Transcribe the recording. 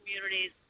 communities